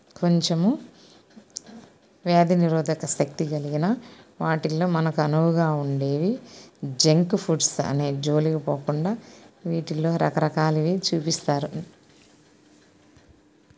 కొంచము వ్యాధినిరోధక శక్తి కలిగిన వాటిల్లో మనకు అనువుగా ఉండేవి జంక్ ఫుడ్స్ అనే జోలికి పోకుండా వీటిల్లో రకరకాలవి చూపిస్తారు